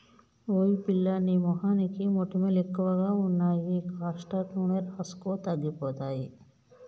ఓయ్ పిల్లా నీ మొహానికి మొటిమలు ఎక్కువగా ఉన్నాయి కాస్టర్ నూనె రాసుకో తగ్గిపోతాయి